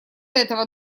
этого